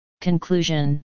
Conclusion